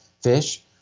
fish